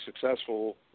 successful